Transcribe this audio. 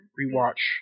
rewatch